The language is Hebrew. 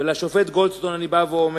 לשופט גולדסטון אני אומר: